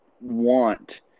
want